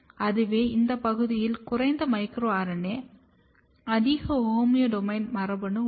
அதுவே இந்த பகுதியில் குறைந்த மைக்ரோ RNA அதிக ஹோமியோடோமைன் மரபணு உள்ளது